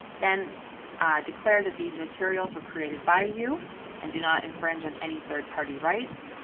then declare that these materials were created by you and do not infringe on any third party rights.